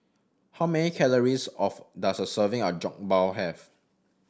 how many calories of does a serving of Jokbal have